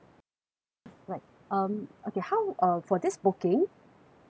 mm alright um okay how uh for this booking